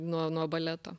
nuo nuo baleto